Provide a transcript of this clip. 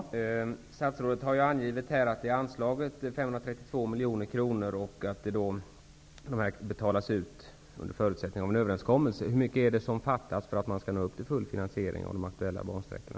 Herr talman! Statsrådet har angivit här att 532 miljoner kronor anslagits och att de pengarna betalas ut under förutsättning att en överenskommelse träffas. Hur mycket är det som fattas för att man skall nå upp till full finansiering av de aktuella bansträckorna?